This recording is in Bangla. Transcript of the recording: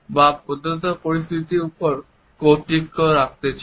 বা প্রদত্ত পরিস্থিতির উপর কর্তৃত্ব করতে চায়